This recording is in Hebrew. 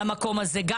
גם